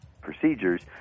procedures